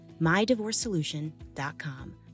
MyDivorceSolution.com